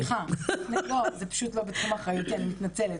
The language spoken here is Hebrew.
סליחה, זה פשוט לא בתחום אחריותי, אני מתנצלת.